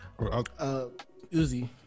Uzi